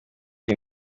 iyi